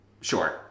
Sure